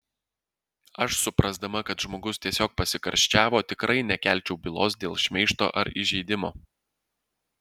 aš suprasdama kad žmogus tiesiog pasikarščiavo tikrai nekelčiau bylos dėl šmeižto ar įžeidimo